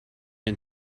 and